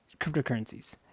cryptocurrencies